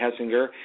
hessinger